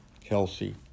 Kelsey